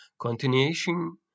continuation